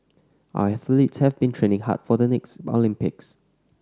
our athletes have been training hard for the next Olympics